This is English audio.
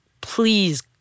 Please